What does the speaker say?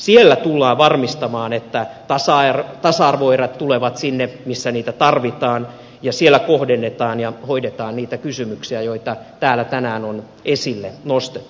siellä tullaan varmistamaan että tasa arvoerät tulevat sinne missä niitä tarvitaan ja siellä kohdennetaan ja hoidetaan niitä kysymyksiä joita täällä tänään on esille nostettu